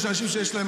יש אנשים שיש להם,